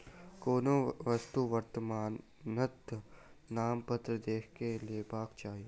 कोनो वस्तु वर्णनात्मक नामपत्र देख के लेबाक चाही